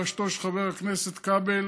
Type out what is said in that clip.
בראשותו של חבר הכנסת כבל,